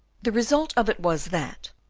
the result of it was, that,